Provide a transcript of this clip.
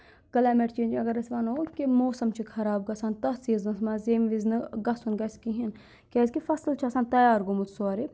climate change اگر أسۍ وَنو کہِ موسَم چھُ خراب گژھان تَتھ سیٖزنَس منٛز ییٚمہِ وِزِ نہٕ گژھُن گژھِ کِہیٖنۍ کیازکہِ فَصٕل چھُ آسان تَیار گوٚمُت سورُے